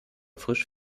frisch